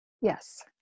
Yes